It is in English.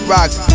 Rocks